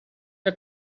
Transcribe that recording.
que